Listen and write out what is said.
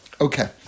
Okay